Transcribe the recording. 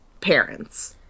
parents